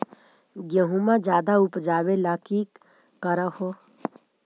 गेहुमा ज्यादा उपजाबे ला की कर हो?